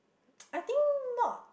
I think not